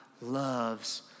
loves